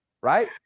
right